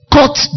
Cut